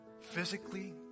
physically